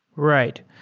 right.